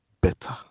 better